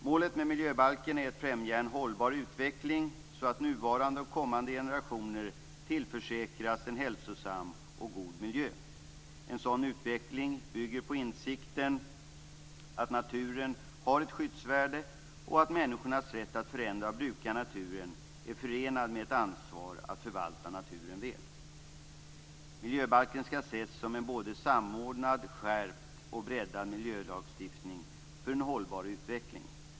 Målet med miljöbalken är att främja en hållbar utveckling så att nuvarande och kommande generationer tillförsäkras en hälsosam och god miljö. En sådan utveckling bygger på insikten om att naturen har ett skyddsvärde och att människornas rätt att förändra och bruka naturen är förenad med ett ansvar att förvalta den väl. Miljöbalken skall ses som en både samordnad, skärpt och breddad miljölagstiftning för en hållbar utveckling.